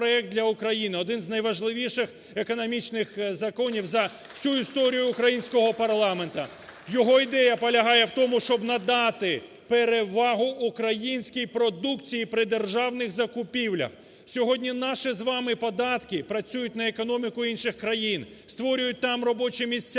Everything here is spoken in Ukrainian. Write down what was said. один із найважливіших економічних законів за всю історію українського парламенту. (Оплески) Його ідея полягає в тому, щоб надати перевагу українській продукції при державних закупівлях. Сьогодні наші з вами податки працюють на економіку інших країн, створюють там робочі місця,